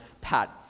Pat